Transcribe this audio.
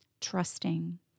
trusting